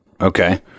Okay